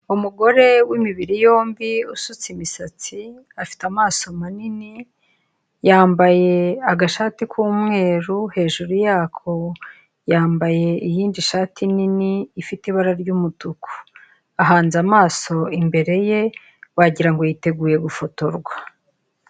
Umugore w'imibiri yombi usutse imisatsi afite amaso manini yambaye agashati k'umweru hejuru yako yambaye iyindi shati nini ifite ibara ry'umutuku ahanze amaso imbere ye wagirango yiteguye gufotorwa.